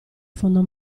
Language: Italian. fondo